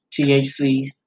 THC